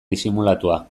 disimulatua